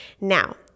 Now